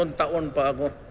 about one but but